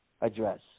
address